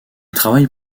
travaille